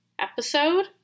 episode